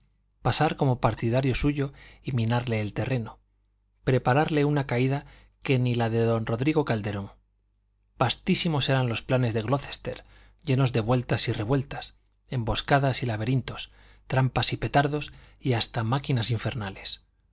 pasar como partidario suyo y minarle el terreno prepararle una caída que ni la de don rodrigo calderón vastísimos eran los planes de glocester llenos de vueltas y revueltas emboscadas y laberintos trampas y petardos y hasta máquinas infernales